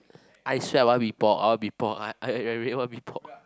I swear I want mee pok I want mee pok I I really want mee pok